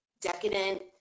decadent